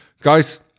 guys